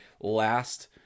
last